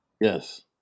Yes